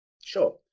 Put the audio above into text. Sure